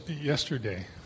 yesterday